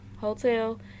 Hotel